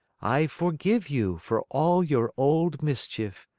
i forgive you for all your old mischief.